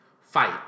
fight